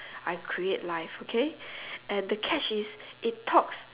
I create life okay and the catch is it talks